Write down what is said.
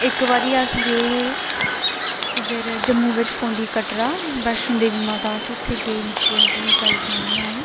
इक बारी अस गे हे इद्धर जम्मू बिच पौंदी कटरा वैश्नो देवी माता अस उत्थै गे निक्के होंदे दी गल्ल सनान्नी आं अ'ऊं